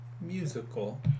musical